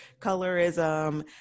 colorism